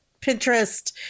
Pinterest